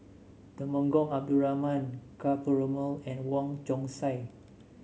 Temenggong Abdul Rahman Ka Perumal and Wong Chong Sai